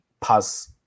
pass